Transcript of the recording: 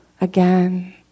again